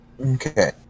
Okay